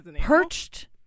perched